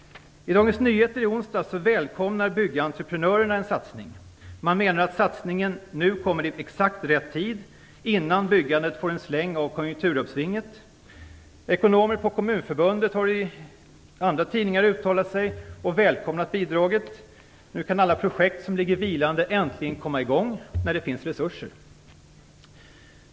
I Dagens Nyheter i onsdags välkomnar byggentreprenörerna en satsning. Man menar att satsningen nu kommer i exakt rätt tid, innan byggandet får en släng av konjunkturuppsvinget. Ekonomer på Kommunförbundet har i andra tidningar uttalat sig och välkomnat bidraget. Nu när det finns resurser kan alla vilande projekt äntligen komma i gång.